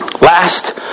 last